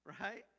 right